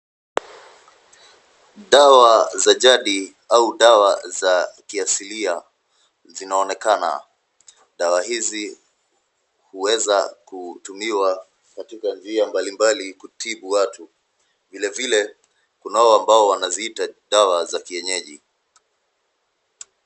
Dawa za jadi au dawa za kiasilia zinaonekana. Dawa hizi huweza kutumiwa katika njia mbalimbali kutibu watu, vilevile kunao ambao wanaziita dawa za kienyeji.